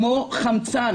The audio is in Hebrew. כמו חמצן.